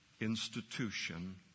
institution